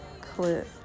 clip